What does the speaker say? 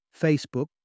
Facebook